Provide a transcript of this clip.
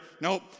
Nope